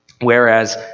Whereas